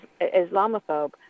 Islamophobe